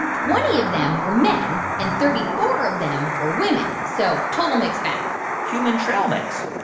twenty of them were men, and thirty four of them were women. so total mixed bag human trail mix.